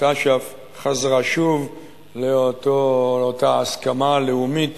אש"ף חזרה שוב לאותה הסכמה לאומית